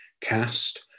cast